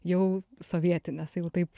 jau sovietinės jau taip